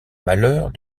malheurs